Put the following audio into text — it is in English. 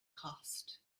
cost